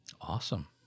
Awesome